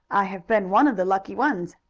i have been one of the lucky ones.